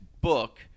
book